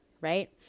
right